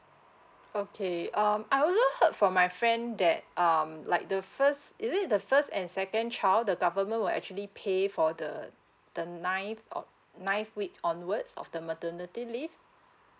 okay um I also heard from my friend that um like the first is it the first and second child the government will actually pay for the the nine of nine week onwards of the maternity leave